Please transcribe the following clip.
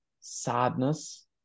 sadness